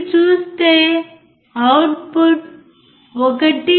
మీరు చూస్తే అవుట్పుట్ 1